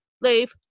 leave